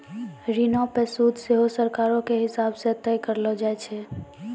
ऋणो पे सूद सेहो सरकारो के हिसाब से तय करलो जाय छै